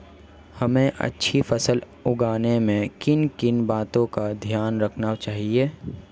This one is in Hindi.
हमें अच्छी फसल उगाने में किन किन बातों का ध्यान रखना चाहिए?